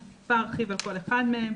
אני טיפה ארחיב על כל אחד מהם.